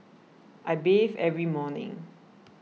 I bathe every morning